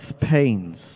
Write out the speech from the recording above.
pains